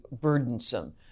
burdensome